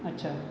अच्छा